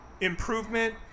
Improvement